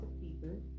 people